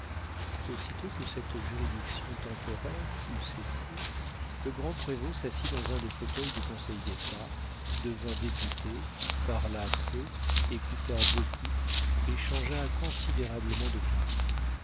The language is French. aussitôt que cette juridiction temporaire eut cessé le grand prévôt s'assit dans un des fauteuils du conseil-d'état devint député parla peu écouta beaucoup et changea considérablement d'opinion